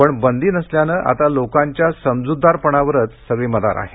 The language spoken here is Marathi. पण बंदी नसल्यानं आता लोकांच्या समजूतदारपणावरच सगळी मदार आहे